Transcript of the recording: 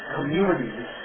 communities